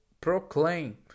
proclaim